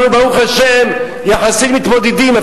אנחנו, ברוך השם, יחסית מתמודדים.